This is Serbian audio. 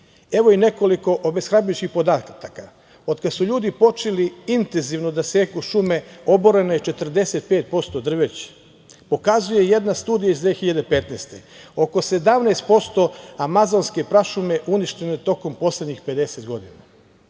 i nekoliko obeshrabrujućih podataka. Od kad su ljudi počeli intenzivno da seku šume oboreno je 45% drveća. Pokazuje jedna studija iz 2015. godine, oko 17% amazonske prašume uništeno je tokom poslednjih 50 godina.